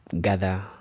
gather